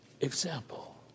example